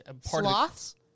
sloths